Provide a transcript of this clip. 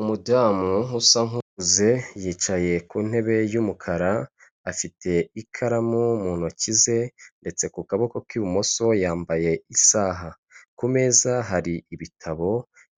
Umudamu usa nk'ukuze yicaye ku ntebe y'umukara, afite ikaramu mu ntoki ze ndetse ku kaboko k'ibumoso yambaye isaha, ku meza hari ibitabo,